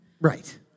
Right